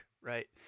right